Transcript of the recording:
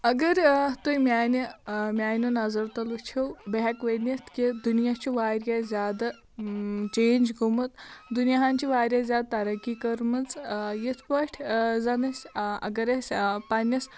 اَگر تُہۍ میٛانِہ میٛانٮ۪و نَظرَو تَل وُچھو بہٕ ہٮ۪کہٕ ؤنِتھ کہِ دُنیا چھُ واریاہ زیادٕ چینج گوٚمُت دُنیاہَن چھِ واریاہ زیادٕ ترقی کٔرمٕژ یِتھٕ پٲٹھۍ زَن أسۍ آ اَگر أسۍ آ پَنٕنِس